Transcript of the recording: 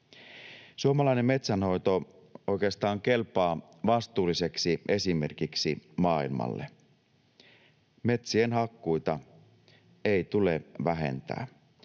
Suomalainen metsänhoito oikeastaan kelpaa vastuulliseksi esimerkiksi maailmalle. Metsien hakkuita ei tule vähentää: